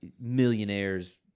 Millionaires